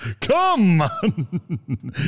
Come